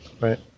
right